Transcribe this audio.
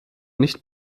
nicht